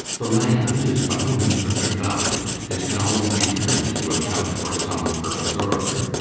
the land is by no means without value. it can always be turned to account for some purpose or other.